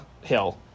hill